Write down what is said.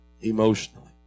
emotionally